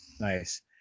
nice